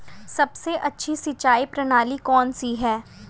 सबसे अच्छी सिंचाई प्रणाली कौन सी है?